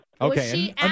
Okay